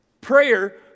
Prayer